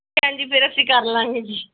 ਹਾਂਜੀ ਫਿਰ ਅਸੀਂ ਕਰ ਲਵਾਂਗੇ ਜੀ